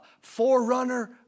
forerunner